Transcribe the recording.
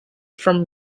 from